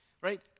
right